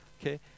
okay